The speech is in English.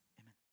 Amen